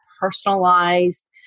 personalized